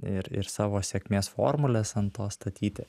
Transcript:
ir ir savo sėkmės formules ant to statyti